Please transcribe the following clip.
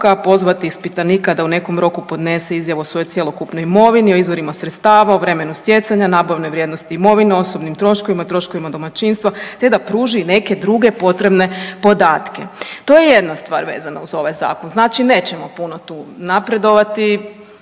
pozvati ispitanika da u nekom roku podnese izjavu o svojoj cjelokupnoj imovini, o izvorima sredstava, o vremenu stjecanja, nabavnoj vrijednosti imovine, osobnim troškovima, troškovima domaćinstva te da pruži i neke druge potrebne podatke. To je jedna stvar vezana uz ovaj Zakon. Znači nećemo puno tu napredovati.